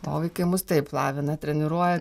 o vaikai mus taip lavina treniruoja